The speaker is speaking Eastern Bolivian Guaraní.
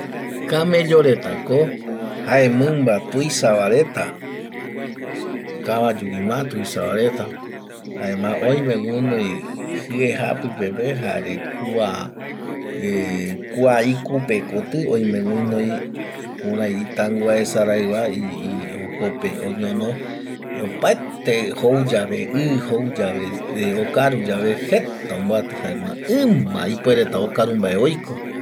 Camello reta ko jae mimba tuisaba reta cabayu gui ma tuisabareta jaema oime guinoi jie japupepe jare kua icupe koti oime gunoi kurai i tangua esarai va jokope oñono opaete jouyabe i jouyabe okaruyave jeta ombiati jaema ima ipuereta okaru mbae oiko